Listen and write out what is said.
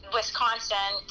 Wisconsin